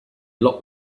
locked